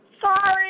Sorry